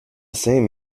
same